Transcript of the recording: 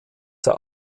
zur